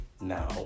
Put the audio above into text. now